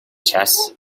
chess